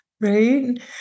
Right